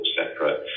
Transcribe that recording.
separate